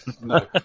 No